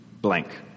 blank